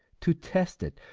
to test it,